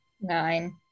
Nine